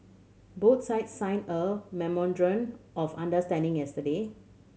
both sides signed a memorandum of understanding yesterday